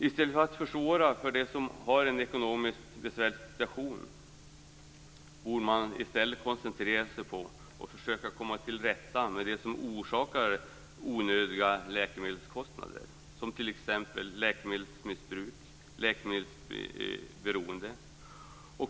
I stället för att försvåra för dem som har en ekonomiskt besvärlig situation borde man koncentrera sig på att försöka komma till rätta med det som orsaker onödiga läkemedelskostnader, t.ex. läkemedelsmissbruk och läkemedelsberoende.